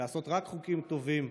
לעשות רק חוקים טובים,